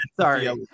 sorry